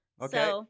Okay